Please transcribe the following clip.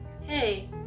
hey